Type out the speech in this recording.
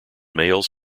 males